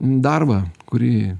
darbą kurį